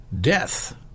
death